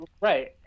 Right